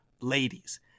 ladies